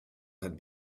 had